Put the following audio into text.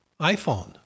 iPhone